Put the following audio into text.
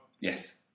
Yes